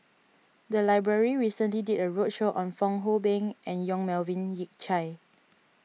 the library recently did a roadshow on Fong Hoe Beng and Yong Melvin Yik Chye